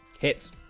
Hits